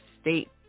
state